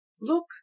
look